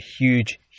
huge